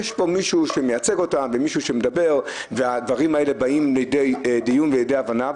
יש מישהו שמייצג אותם והדברים האלה באים לידי דיון והבנה.